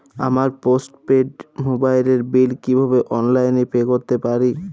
আমার postpaid মোবাইলের bill কীভাবে অনলাইনে পে করতে পারি?